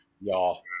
Y'all